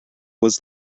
was